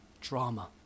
drama